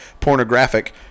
pornographic